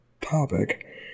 topic